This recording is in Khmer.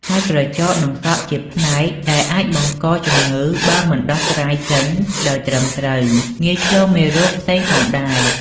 ហើយក្រចក និងសក់ជាផ្នែកដែលអាចបង្កជំងឺបើមិនដោះស្រាយចេញដោយត្រឹមត្រូវ ងាយឆ្លងមេរោគផ្សេងផងដែរ។